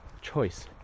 choice